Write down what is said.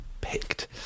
picked